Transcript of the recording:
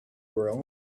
world